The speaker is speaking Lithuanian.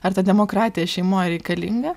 ar ta demokratija šeimoj reikalinga